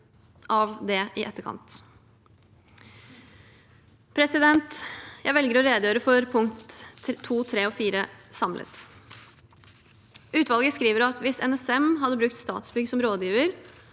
av det i etterkant. Jeg velger å redegjøre for punktene 2, 3 og 4 samlet. Utvalget skriver at hvis NSM hadde brukt Statsbygg som rådgiver